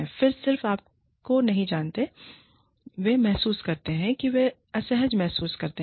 वे सिर्फ आपको नहीं जानते कि वे महसूस करते हैं कि वे असहज महसूस करते हैं